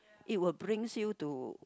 it will brings you to